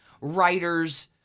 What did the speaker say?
writers